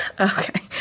Okay